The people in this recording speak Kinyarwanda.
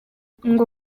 ngo